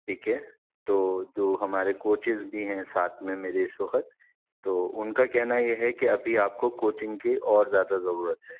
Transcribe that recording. ٹھیک ہے تو جو ہمارے کوچز بھی ہیں ساتھ میں میرے اس وقت تو ان کا کہنا یہ ہے کہ ابھی آپ کو کوچنگ کی اور زیادہ ضرورت ہے